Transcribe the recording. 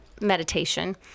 meditation